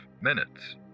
minutes